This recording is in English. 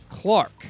Clark